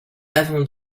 ewę